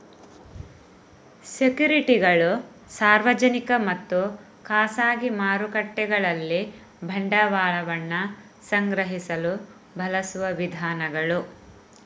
ಸೆಕ್ಯುರಿಟಿಗಳು ಸಾರ್ವಜನಿಕ ಮತ್ತು ಖಾಸಗಿ ಮಾರುಕಟ್ಟೆಗಳಲ್ಲಿ ಬಂಡವಾಳವನ್ನ ಸಂಗ್ರಹಿಸಲು ಬಳಸುವ ವಿಧಾನಗಳು